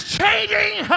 changing